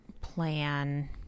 plan